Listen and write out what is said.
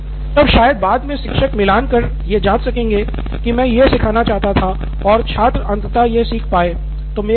professor तब शायद बाद मे शिक्षक मिलान कर यह जाँच सकेंगे कि मैं यह सिखाना चाहता था और छात्र अंततः ये सीख पाये